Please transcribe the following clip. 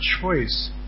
choice